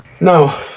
no